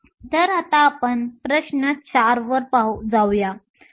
तर आता आपण प्रश्न 4 पाहूया